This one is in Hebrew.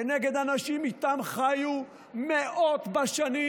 כנגד אנשים שאיתם חיו מאות בשנים.